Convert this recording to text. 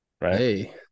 right